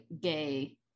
gay